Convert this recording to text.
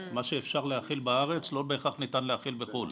מה שאפשר להחיל בארץ, לא בהכרח ניתן להחיל בחו"ל.